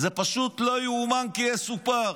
זה פשוט לא יאומן כי יסופר.